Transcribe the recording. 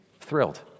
thrilled